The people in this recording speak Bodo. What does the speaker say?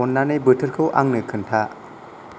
अन्नानै बोथोरखौ आंनो खोन्था